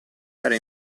era